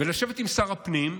ולשבת עם שר הפנים,